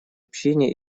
общине